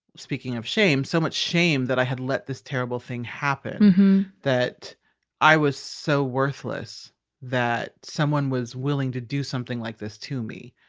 speaking of shame, so much shame that i had let this terrible thing happen that i was so worthless that someone was willing to do something like this to me.